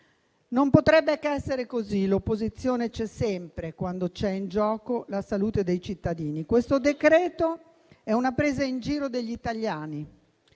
Non potrebbe che essere così: l'opposizione c'è sempre, quando c'è in gioco la salute dei cittadini. Questo decreto-legge è una presa in giro degli italiani,